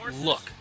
look